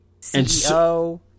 CEO